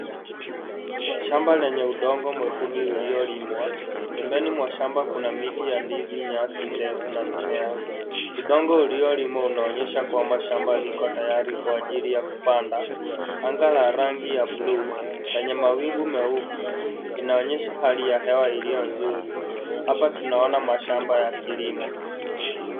Shamba lenye udongo mwekundu ulio limwa. Pembeni mwa shamba kuna miti ya ndizi, nyasi ndefu na mimea. Udongo uliolimwa unaonyesha kwamba shamba liko tayari kwa ajili ya kupanda anga la rangi ya buluu na yenye mawingu meupe inaonyesha hali ya hewa iliyo nzuri. Hapa tunaona mashamba ya kilimo.